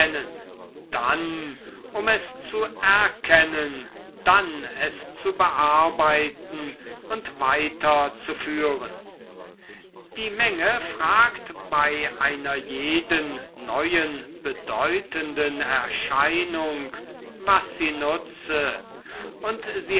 dann um es zu erkennen dann es zu bearbeiten und weiterzuführen die menge fragt bei einer jeden neuen bedeutenden erscheinung was sie nutze und